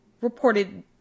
reported